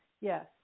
yes